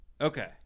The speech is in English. okay